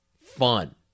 fun